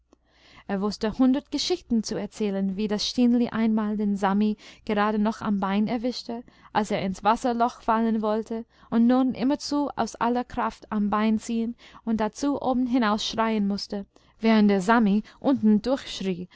er wußte hundert geschichten zu erzählen wie das stineli einmal den sami gerade noch am bein erwischte als er ins wasserloch fallen wollte und nun immerzu aus aller kraft am bein ziehen und dazu oben hinaus schreien mußte während der sami unten